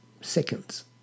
seconds